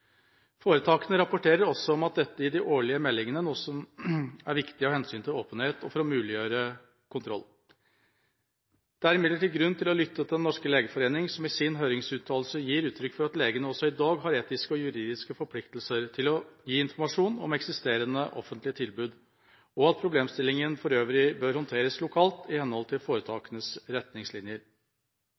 Foretakene rapporterer også om dette i de årlige meldingene, noe som er viktig av hensyn til åpenhet og for å muliggjøre kontroll. Det er imidlertid grunn til å lytte til Den norske legeforening, som i sin høringsuttalelse gir uttrykk for at legene også i dag har etiske og juridiske forpliktelser til å gi informasjon om eksisterende offentlige tilbud, og at problemstillinga for øvrig bør håndteres lokalt, i henhold til foretakenes retningslinjer.